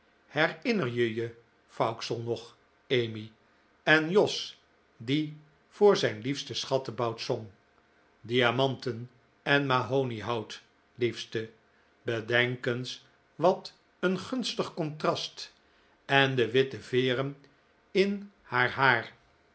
herinner je je vauxhall nog emmy en jos die voor zijn liefste schattebout zong diamanten en mahoniehout liefste bedenk eens wat een gunstig contrast en de witte veeren in haar haar